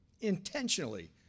intentionally